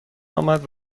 آمد